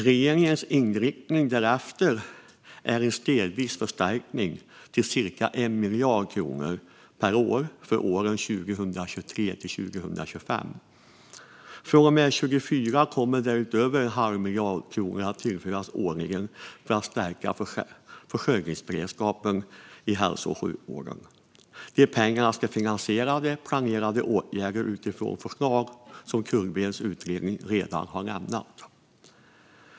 Regeringens inriktning är därefter en stegvis förstärkning till cirka 1 miljard kronor per år för åren 2023-2025. Från och med 2024 kommer därutöver en halv miljard kronor att tillföras årligen för att stärka försörjningsberedskapen i hälso och sjukvården. De pengarna ska finansiera planerade åtgärder utifrån förslag som Kullgrens utredning redan har lämnat.